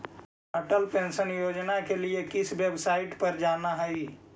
Atal pension योजना के लिए किस वेबसाईट पर जाना हई